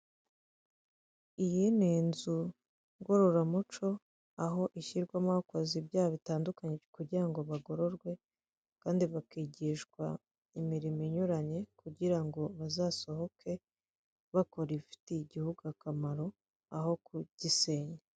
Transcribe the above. Iyi ni inzu ngororamuco, aho ishyirwamo abakoze ibyaha bitandukanye kugira ngo bagororwe, kandi bakigishwa imirimo inyuranye, kugira ngo bazasohoke bakora ibifitiye igihugu akamaro aho kugisenya.